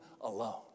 alone